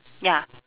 ya